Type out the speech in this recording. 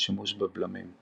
ושימוש בבלמים.